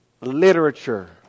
literature